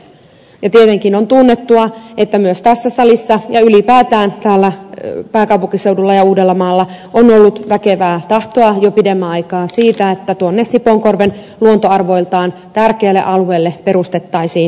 tietenkin on tunnettua että myös tässä salissa ja ylipäätään pääkaupunkiseudulla ja uudellamaalla on ollut väkevää tahtoa jo pidemmän aikaa siitä että sipoonkorven luontoarvoiltaan tärkeälle alueelle perustettaisiin kansallispuisto